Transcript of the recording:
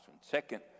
Second